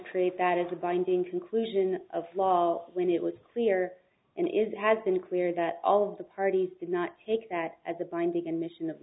treat that as a binding conclusion of law when it was clear and is has been clear that all of the parties did not take that as a binding emission of